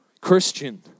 Christian